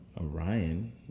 Orion